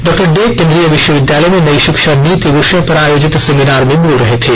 doctor Dey केन्द्रीय विश्वविद्यालय में नई शिक्षा नीति विषय पर आयोजित सेमिनार में बोल रहे थे